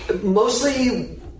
Mostly